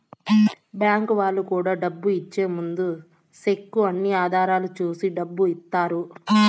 bank వాళ్ళు కూడా డబ్బు ఇచ్చే ముందు సెక్కు అన్ని ఇధాల చూసి డబ్బు ఇత్తారు